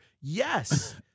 yes